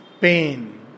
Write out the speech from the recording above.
Pain